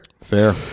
Fair